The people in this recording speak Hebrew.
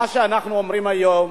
מה שאנחנו אומרים היום,